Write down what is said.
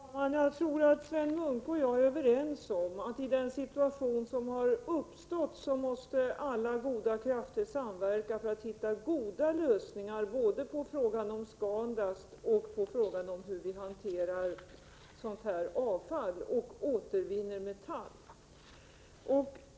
Herr talman! Jag tror att Sven Munke och jag är överens om att i den situation som har uppstått måste alla goda krafter samverka för att hitta goda lösningar både i fråga om ScanDust och i fråga om hur vi skall hantera sådant här avfall och återvinna metall.